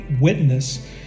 Witness